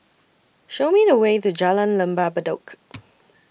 Show Me The Way to Jalan Lembah Bedok